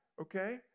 okay